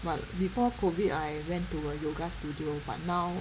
but before COVID I went to a yoga studio but now